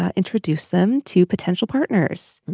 ah introduce them to potential partners.